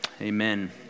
amen